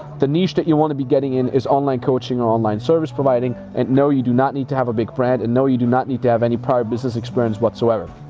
the niche that you wanna be getting in is online coaching or online service providing and no, you do not need to have a big brand, and no, you do not need to have any prior business experience whatsoever.